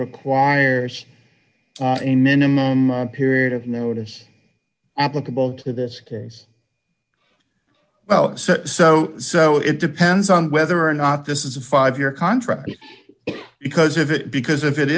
requires a minimum period of notice applicable to this case well so so it depends on whether or not this is a five year contract because of it because if it